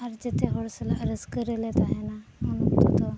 ᱟᱨ ᱡᱚᱛᱚ ᱦᱚᱲ ᱥᱟᱞᱟᱜ ᱨᱟᱹᱥᱠᱟᱹᱨᱮᱞᱮ ᱛᱟᱦᱮᱱᱟ ᱩᱱ ᱚᱠᱛᱚ ᱫᱚ